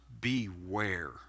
beware